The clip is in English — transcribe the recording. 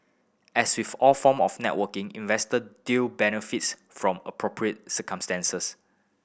as with all form of networking investor deal benefits from appropriate circumstances